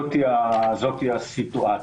זאת הסיטואציה.